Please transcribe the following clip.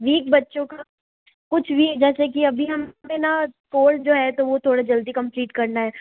week बच्चों का कुछ भी जैसे कि अभी हम पर ना कोर्स जो है वो थोड़ा जल्दी कम्प्लीट करना है